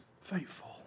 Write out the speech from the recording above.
faithful